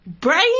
brain